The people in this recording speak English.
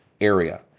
area